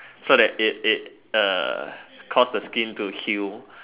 so that it it uh cause the skin to heal